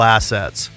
Assets